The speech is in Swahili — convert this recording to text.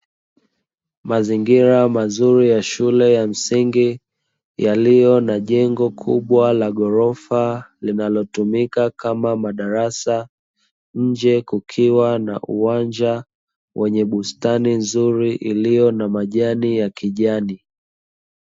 Mazingira mazuri ya shule ya msingi yaliyo na jengo kubwa la gorofa linalotumika kama madarasa nje kukiwa na uwanja, wenye bustani nzuri ulio na majani ya kijani.